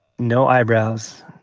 no eyebrows,